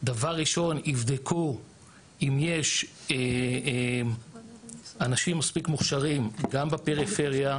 דבר ראשון יבדקו אם יש אנשים מספיק מוכשרים גם בפריפריה,